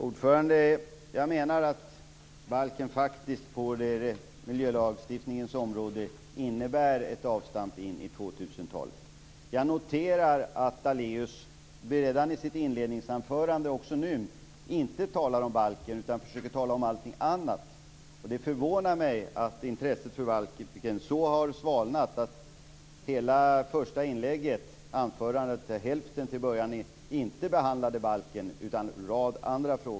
Fru talman! Jag menar att balken på miljölagstiftningens område faktiskt innebär ett avstamp in i Jag noterar att Daléus varken i sitt inledningsanförande eller nu talar om balken utan försöker tala om allting annat. Det förvånar mig att intresset för balken så har svalnat att hälften av det första inlägget inte behandlade balken utan en rad andra frågor.